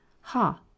Ha